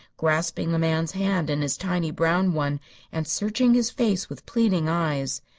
grasping the man's hand in his tiny brown one and searching his face with pleading eyes.